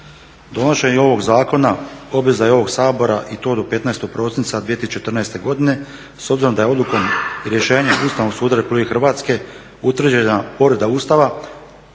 Donošenje ovog zakona obveza je ovog Sabora i to do 15. prosinca 2014. godine, s obzirom da je odlukom i rješenjem Ustavnog suda Republike Hrvatske utvrđena povreda Ustava